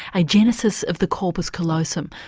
agenesis of the corpus callosum,